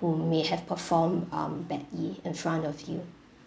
who may have performed um badly in front of you